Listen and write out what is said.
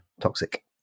toxic